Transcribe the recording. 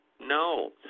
No